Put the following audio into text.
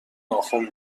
ناخن